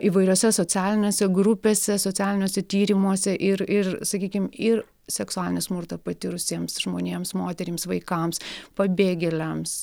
įvairiose socialinėse grupėse socialiniuose tyrimuose ir ir sakykim ir seksualinį smurtą patyrusiems žmonėms moterims vaikams pabėgėliams